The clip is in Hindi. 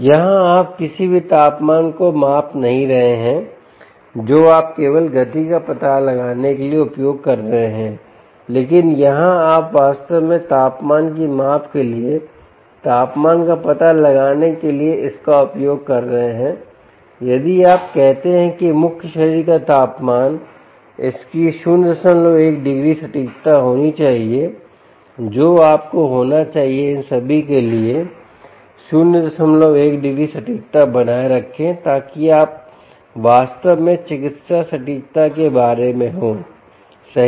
यहां आप किसी भी तापमान को माप नहीं रहे हैं जो आप केवल गति का पता लगाने के लिए उपयोग कर रहे हैं लेकिन यहाँ आप वास्तव में तापमान की माप के लिए तापमान का पता लगाने के लिए इसका उपयोग कर रहे है और यदि आप कहते हैं कि मुख्य शरीर का तापमान इसकी 01 डिग्री सटीकता होनी चाहिए जो आपको होना चाहिए इन सभी के लिए 01 डिग्री सटीकता बनाए रखें ताकि आप वास्तव में चिकित्सा सटीकता के बारे में हों सही